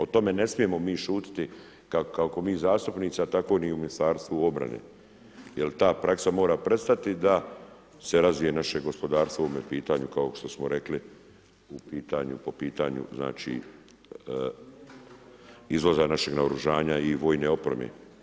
O tome ne smijemo mi šutiti kako mi zastupnici, a tako ni u Ministarstvu obrane jer ta praksa mora prestati da se razvije naše gospodarstvo u ovome pitanju kao što smo rekli po pitanju izvoza našeg naoružanja i vojne opreme.